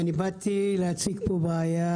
אני באתי להציג פה בעיה,